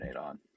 on